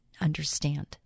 understand